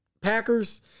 Packers